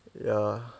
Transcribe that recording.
ya